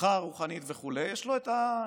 הדרכה רוחנית וכו' יש לו את ההלכה.